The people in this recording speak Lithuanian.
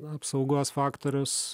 apsaugos faktorius